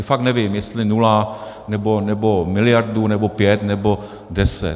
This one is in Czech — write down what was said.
Fakt nevím, jestli nula, nebo miliardu, nebo pět, nebo deset.